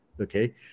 Okay